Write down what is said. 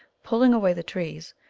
pulling away the trees,